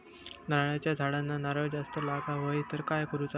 नारळाच्या झाडांना नारळ जास्त लागा व्हाये तर काय करूचा?